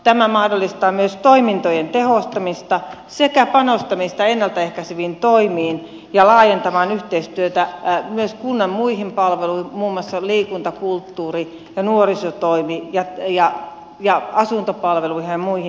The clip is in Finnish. tämä mahdollistaa myös toimintojen tehostamista sekä panostamista ennalta ehkäiseviin toimiin ja laajentamaan yhteistyötä myös kunnan muihin palveluihin muun muassa liikunta kulttuuri nuorisotoimi ja asuntopalveluihin ja muihin